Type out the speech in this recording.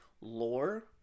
lore